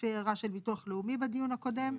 לפי הערה של ביטוח לאומי בדיון הקודם.